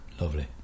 Lovely